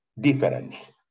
difference